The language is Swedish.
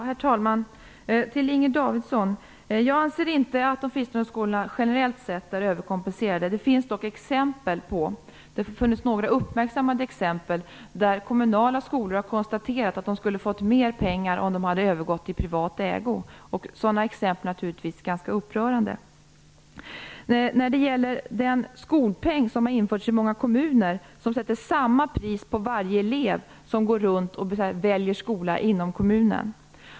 Herr talman! Till Inger Davidson vill jag säga att jag inte anser att de fristående skolorna generellt sett är överkompenserade. Det har dock funnits några uppmärksammade exempel där kommunala skolor har konstaterat att de skulle ha fått mer pengar om de hade övergått i privat ägo. Sådana exempel är naturligtvis ganska upprörande. Den skolpeng som har införts i många kommuner sätter samma pris på varje elev som går runt och väljer skola inom kommunen.